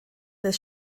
des